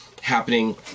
happening